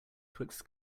twixt